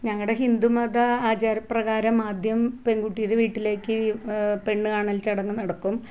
ഞങ്ങളുടെ ഹിന്ദു മത ആചാരപ്രകാരം ആദ്യം പെണ്കുട്ടിയുടെ വീട്ടിലേക്ക് പെണ്ണുകാണല് ചടങ്ങ് നടക്കും